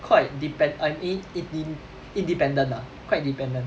quite depend I mean inde~ independent ah quite independent